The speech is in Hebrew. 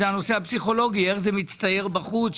הנושא הפסיכולוגי - איך זה מצטייר בחוץ,